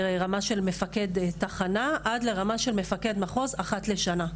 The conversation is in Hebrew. ברמה של מפקד תחנה עד לרמה של מפקד מחוז אחת לשנה,